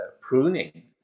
pruning